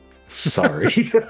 Sorry